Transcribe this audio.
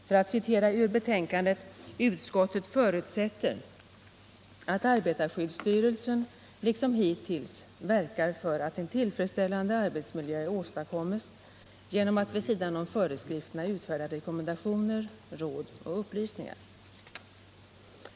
För att citera ur betänkandet: ”Utskottet förutsätter att arbetarskyddsstyrelsen liksom hittills verkar för att en tillfredsställande arbetsmiljö åstadkommes genom att vid sidan av föreskrifterna utfärda rekommendationer, råd och upplysningar.